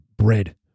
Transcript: bread